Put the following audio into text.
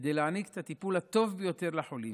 כדי להעניק את הטיפול הטוב ביותר לחולים,